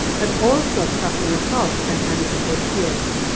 but also suffering assault at the hands of their peers.